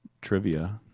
Trivia